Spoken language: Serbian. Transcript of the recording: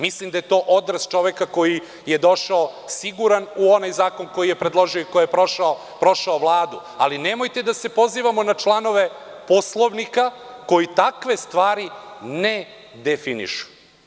Mislim da je to odraz čoveka koji je došao siguran u onaj zakon koji je predložio i koji je prošao Vladu, ali nemojte da se pozivamo na članove Poslovnika koji takve stvari ne definišu.